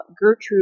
Gertrude